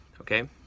okay